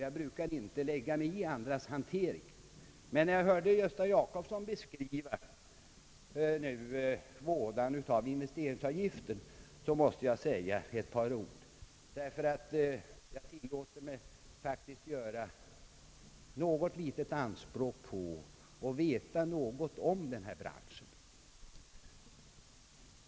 Jag brukar inte lägga mig i andras hantering, men sedan jag hört herr Gösta Jacobsson beskriva vådan av investeringsavgiften, måste jag säga ett par ord, ty jag tillåter mig faktiskt göra något litet anspråk på att veta något om den här branschen.